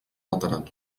lateral